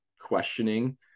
questioning